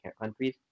countries